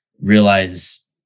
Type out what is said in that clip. realize